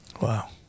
Wow